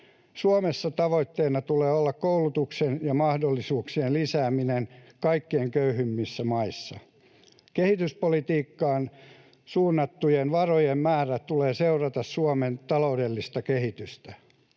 Suomessa tavoitteena tulee olla koulutuksen ja mahdollisuuksien lisääminen kaikkein köyhimmissä maissa. Kehityspolitiikkaan suunnattujen varojen määrän tulee seurata Suomen taloudellista kehitystä.